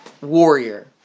warrior